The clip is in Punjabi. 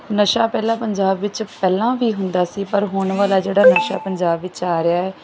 ਨਸ਼ਾ ਪਹਿਲਾਂ ਪੰਜਾਬ ਵਿੱਚ ਪਹਿਲਾਂ ਵੀ ਹੁੰਦਾ ਸੀ ਪਰ ਹੁਣ ਵਾਲਾ ਜਿਹੜਾ ਨਸ਼ਾ ਪੰਜਾਬ ਵਿੱਚ ਆ ਰਿਹਾ ਹੈ